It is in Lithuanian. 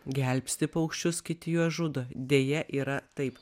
gelbsti paukščius kiti juos žudo deja yra taip